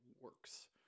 works